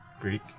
Greek